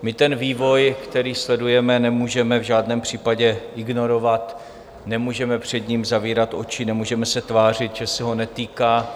My ten vývoj, který sledujeme, nemůžeme v žádném případě ignorovat, nemůžeme před ním zavírat oči, nemůžeme se tvářit, že se nás netýká.